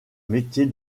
métier